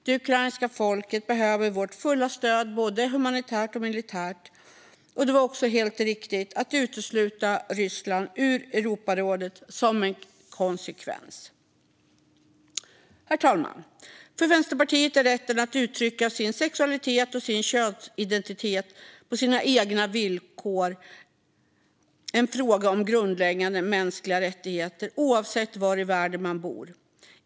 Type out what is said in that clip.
Det ukrainska folket behöver vårt fulla stöd både humanitärt och militärt. Det var också helt riktigt att utesluta Ryssland ur Europarådet som en konsekvens. Herr talman! För Vänsterpartiet är rätten att uttrycka sin sexualitet och sin könsidentitet på sina egna villkor en fråga om grundläggande mänskliga rättigheter oavsett var i världen man bor.